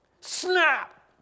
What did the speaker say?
Snap